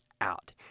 out